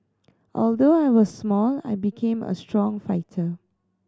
although I was small I became a strong fighter